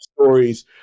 stories